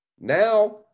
Now